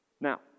Now